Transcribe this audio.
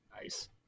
Nice